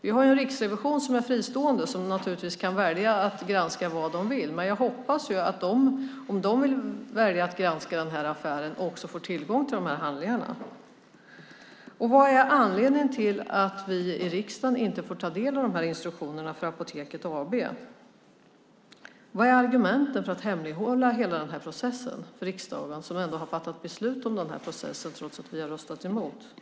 Vi har en fristående riksrevision som naturligtvis kan välja att granska vad de vill, men jag hoppas att de, om de väljer att granska den här affären, också får tillgång till de här handlingarna. Vad är anledningen till att vi i riksdagen inte får ta del av de här instruktionerna för Apoteket AB? Vad är argumenten för att hemlighålla hela processen för riksdagen som ändå har fattat beslut om den här processen trots att vi har röstat emot?